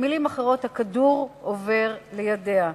במלים אחרות, הכדור עובר לידיה.